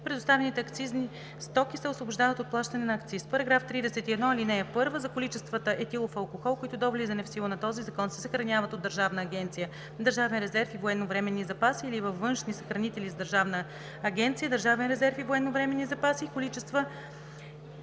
Предоставените акцизни стоки се освобождават от плащане на акциз. § 31. (1) За количествата етилов алкохол, които до влизането в сила на този закон се съхраняват от Държавна агенция „Държавен резерв и военновременни запаси“ или във външни съхранители за Държавна агенция „Държавен резерв и военновременни запаси“ и които